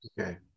Okay